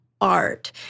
art